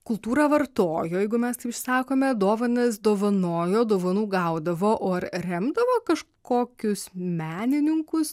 kultūrą vartojo jeigu mes taip sakome dovanas dovanojo dovanų gaudavo o ar remdavo kažkokius menininkus